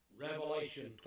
Revelation